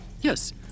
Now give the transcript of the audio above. Yes